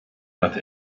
thought